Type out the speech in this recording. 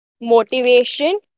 motivation